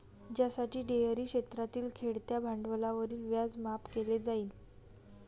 ज्यासाठी डेअरी क्षेत्रातील खेळत्या भांडवलावरील व्याज माफ केले जाईल